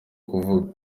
kuvuga